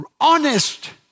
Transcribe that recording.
honest